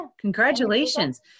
congratulations